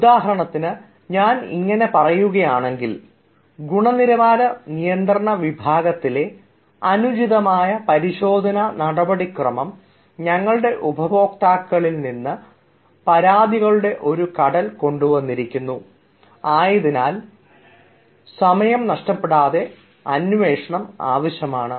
ഉദാഹരണത്തിന് ഞാൻ ഇങ്ങനെ പറയുകയാണെങ്കിൽ ഗുണനിലവാര നിയന്ത്രണ വിഭാഗത്തിലെ അനുചിതമായ പരിശോധനാ നടപടിക്രമം ഞങ്ങളുടെ ഉപഭോക്താക്കളിൽ നിന്ന് പരാതികളുടെ ഒരു കടൽ കൊണ്ടുവന്നിരിക്കുന്നു അതിനാൽ സമയം നഷ്ടപ്പെടാതെ അന്വേഷണം ആവശ്യമാണ്